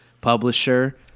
publisher